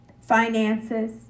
finances